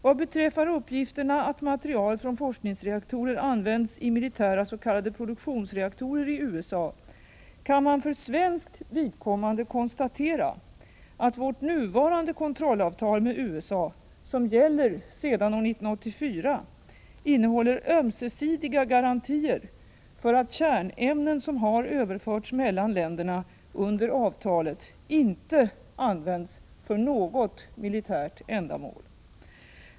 Vad beträffar uppgifterna att material från forskningsreaktorer används i militära s.k. produktionsreaktorer i USA kan man för svenskt vidkommande 85 konstatera att vårt nuvarande kontrollavtal med USA, som gäller sedan år 1984, innehåller ömsesidiga garantier för att kärnämnen som har överförts mellan länderna under avtalet inte används för något militärt ändamål.